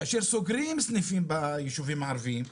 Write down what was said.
כאשר סוגרים סניפים ביישובים הערביים,